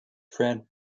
fred